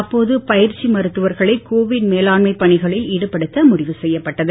அப்போது பயிற்சிமருத்துவர்களை கோவிட் மேலாண்மை பணிகளில் ஈடுபடுத்த முடிவு செய்யப்பட்டது